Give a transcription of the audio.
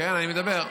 כן, אני מדבר.